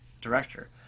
director